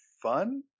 fun